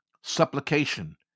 supplication